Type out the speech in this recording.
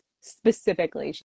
specifically